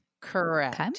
Correct